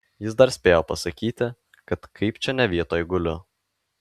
jis dar spėjo pasakyti kad kaip čia ne vietoj guliu